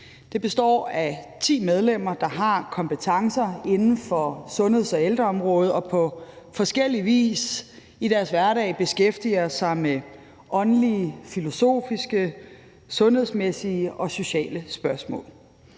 Det består af ti medlemmer, der har kompetencer inden for sundheds- og ældreområdet og på forskellig vis i deres hverdag beskæftiger sig med åndelige, filosofiske, sundhedsmæssige og sociale spørgsmål.